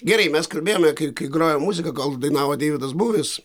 gerai mes kalbėjome kai kai grojo muzika gal dainavo deividas buvis